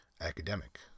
academic